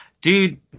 Dude